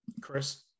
Chris